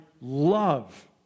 love